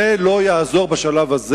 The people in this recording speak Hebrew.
זה לא יעזור בשלב הזה.